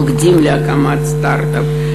מוקדים להקמת סטרט-אפ,